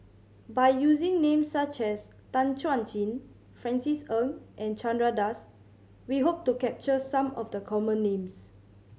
by using names such as Tan Chuan Jin Francis Ng and Chandra Das we hope to capture some of the common names